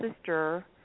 sister